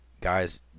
Guys